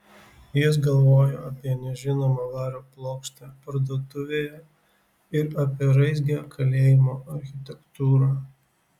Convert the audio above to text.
jis galvojo apie nežinomą vario plokštę parduotuvėje ir apie raizgią kalėjimo architektūrą